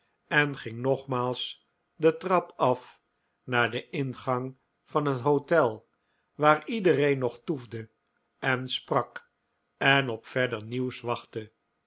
en ging nogmaals de trap af naar den ingang van het hotel waar iedereen nog toefde en sprak en op verder nieuws wachtte